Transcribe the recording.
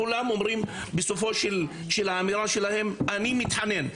כולם אומרים בסוף האמירה שלהם: אני מתחנן.